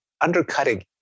undercutting